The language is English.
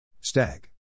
Stag